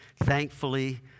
thankfully